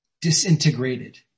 disintegrated